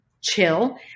chill